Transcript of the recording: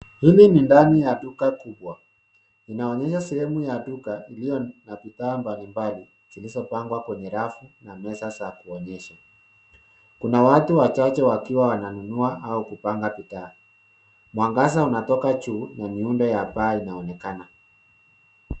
Hili ni ndani ya kubwa kubwa. Inaonyesha sehemu ya duka iliyo na bidhaa mbalimbali zilizopangwa kwenye rafu na meza za kuonyesha. Kuna watu wachache wakiwa wananunua an kupanga bidhaa. Mwangaza unatoka juu na miundo ya paa inaonekana.